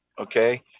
okay